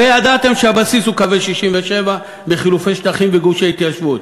הרי ידעתם שהבסיס הוא קווי 67' בחילופי שטחים וגושי התיישבות,